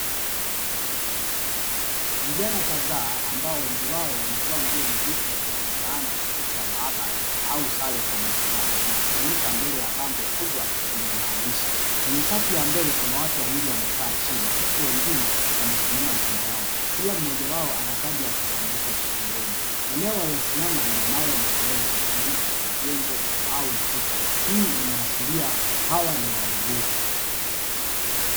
Vijana kadhaa, ambao wengi wao wamevaa nguo nyeupe zinazofanana na makoti ya maabara au sare za matibabu, wamekusanyika mbele ya bango kubwa lenye maandishi. Kwenye safu ya mbele kuna watu wawili wamekaa chini, huku wengine wamesimama nyuma yao, kila mmoja wao ana kadi ya kitambulisho shingoni. Eneo walilosimama lina mawe na udongo na nyuma, kuna jengo au ukuta, hii inaashiria hawa ni wauguzi.